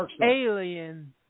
*Alien*